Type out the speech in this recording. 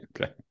okay